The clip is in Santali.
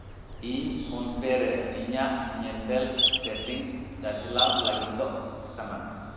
ᱤᱧ ᱯᱷᱳᱱ ᱯᱮ ᱨᱮ ᱤᱧᱟᱹᱜ ᱧᱮᱛᱮᱞ ᱥᱮᱴᱤᱝᱥ ᱪᱟᱪᱞᱟᱣ ᱞᱟᱹᱜᱤᱫᱚᱜ ᱠᱟᱱᱟ